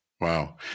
Wow